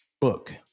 book